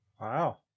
wow